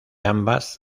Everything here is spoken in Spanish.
ambas